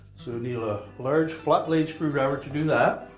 so need a large flat-blade screwdriver to do that.